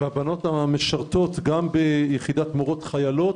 הן בבנות שמשרתות ביחידת המורות החיילות